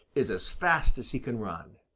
is as fast as he can run.